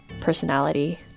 personality